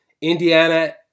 Indiana